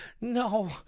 no